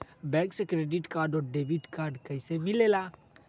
Bank से credit और debit card कैसी मिलेला?